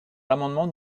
l’amendement